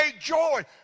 joy